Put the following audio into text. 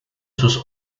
sus